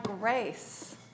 grace